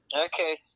Okay